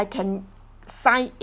I can sign in